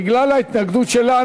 בגלל ההתנגדות שלה,